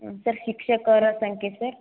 sir ಶಿಕ್ಷಕರ ಸಂಖ್ಯೆ sir